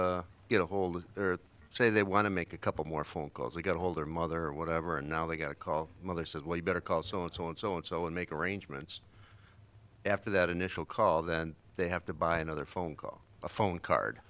do get a hold or say they want to make a couple more phone calls we got a hold their mother or whatever now they got a call when they said well you better call so and so and so and so and make arrangements after that initial call then they have to buy another phone call a phone card